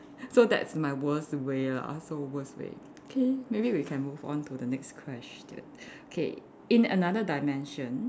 so that's my worst way lah so worst way okay maybe we can move on to the next question K in another dimension